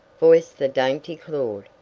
voiced the dainty claud.